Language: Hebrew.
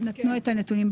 בדיון הקודם ניתנו הנתונים.